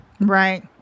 Right